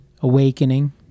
awakening